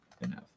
enough